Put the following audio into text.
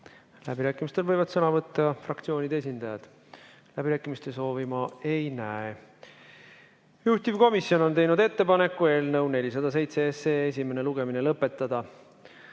Läbirääkimistel võivad sõna võtta fraktsioonide esindajad. Läbirääkimiste soovi ma ei näe. Juhtivkomisjon on teinud ettepaneku eelnõu 407 esimene lugemine lõpetada.